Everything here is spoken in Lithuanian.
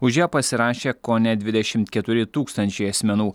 už ją pasirašė kone dvidešimt keturi tūkstančiai asmenų